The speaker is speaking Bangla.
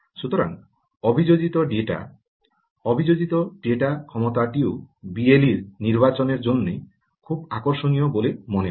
সুতরাং অভিযোজিত ডেটা অভিযোজিত ডেটা ক্ষমতাটিও বিএলই এর নির্বাচনের জন্য খুব আকর্ষণীয় বলে মনে হয়